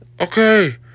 okay